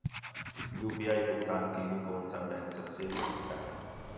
UPI भुगतान के लिए कौन सा बैंक सबसे अच्छा है?